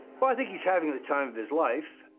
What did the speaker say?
well, i think he's having the time of his life.